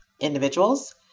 individuals